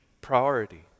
priority